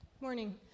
Morning